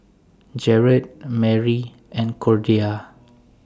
Jared Marie and Cordia